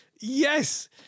Yes